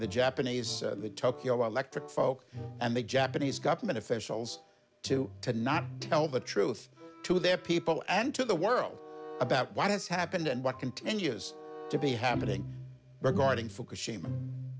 japanese the tokyo electric folks and the japanese government officials to to not tell the truth to their people and to the world about what has happened and what continues to be happening regarding f